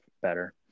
better